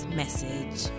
message